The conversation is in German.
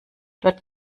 dort